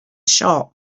shop